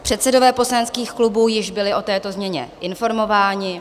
Předsedové poslaneckých klubů již byli o této změně informováni.